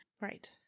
Right